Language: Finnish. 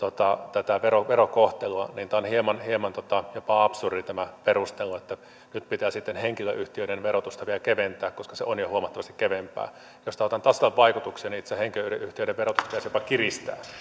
tätä verokohtelua tämä perustelu on hieman hieman jopa absurdi että nyt pitää sitten henkilöyhtiöiden verotusta vielä keventää koska se on jo huomattavasti keveämpää jos tahdotaan tasata vaikutuksia niin itse asiassa henkilöyhtiöiden verotusta pitäisi jopa kiristää